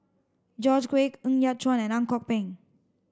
George Quek Ng Yat Chuan and Ang Kok Peng